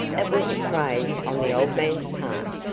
it was a craze on the old man's part.